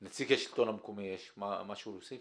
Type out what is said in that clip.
השלטון המקומי, יש משהו להוסיף?